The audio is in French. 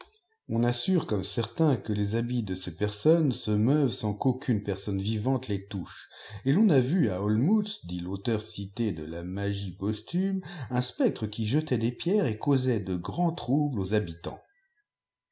on assure comme certain que les habits de ces personnes se meuvent sans qu'aucune personne vivante les touche et l'on a vu à olmutz dit tauteur cité de la magie posthume un spectre qui jetait des pierres et causait de grands troubles aux habitants